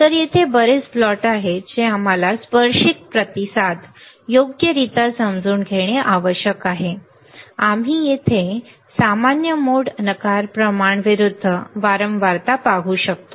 तर तेथे बरेच प्लॉट आहेत जे आम्हाला स्पर्शिक प्रतिसाद योग्यरित्या समजून घेणे आवश्यक आहे आम्ही येथे सामान्य मोड नकार प्रमाण विरूद्ध वारंवारता पाहू शकतो